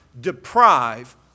deprive